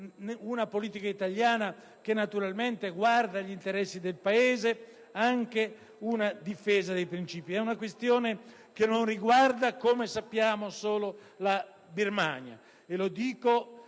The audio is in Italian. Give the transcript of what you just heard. una politica che naturalmente guarda agli interessi del Paese con la difesa dei princìpi. È una questione che non riguarda, come sappiamo, solo la Birmania.